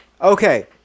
Okay